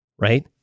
right